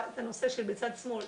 בצד שמאל,